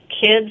Kids